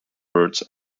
birds